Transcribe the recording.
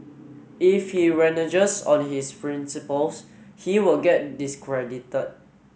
if he reneges on his principles he will get discredited